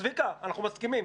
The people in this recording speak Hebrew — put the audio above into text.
צביקה, אנחנו מסכימים.